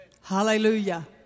Hallelujah